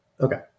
okay